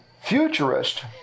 futurist